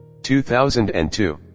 2002